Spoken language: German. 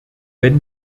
wenn